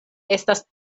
estas